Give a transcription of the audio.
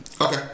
Okay